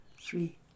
three